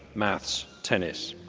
maths, tennis.